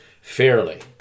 fairly